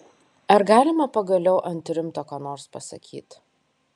ar galima pagaliau ant rimto ką nors pasakyt